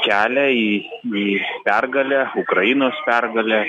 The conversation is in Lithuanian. kelią į į pergalę ukrainos pergalę